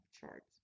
charts